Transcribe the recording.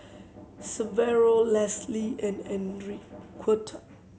Severo Lesli and Enriqueta